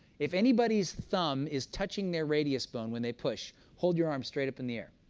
if anybody's thumb is touching their radius bone when they push, hold your arm straight up in the air.